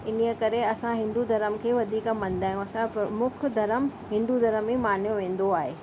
इन करे असां हिंदू धर्म खे वधीक मञंदा आहियूं प्रमुख धर्म हिंदू धर्म ही मञियो वेंदो आहे